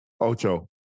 Ocho